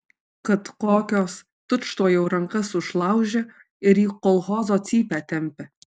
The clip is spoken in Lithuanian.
kad kokios tučtuojau rankas užlaužia ir į kolchozo cypę tempia